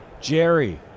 jerry